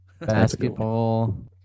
Basketball